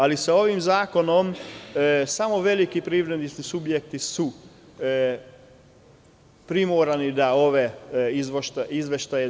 Ali su ovim zakonom samo veliki privredni subjekti primorani da rade ove izveštaje.